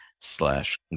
slash